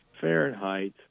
Fahrenheit